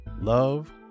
love